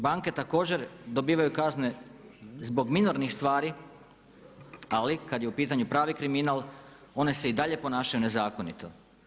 Banke također dobivaju kazne zbog minornih stvari ali kad je u pitanju pravi kriminal, one se i dalje ponašaju nezakonito.